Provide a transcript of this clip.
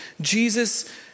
Jesus